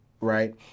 right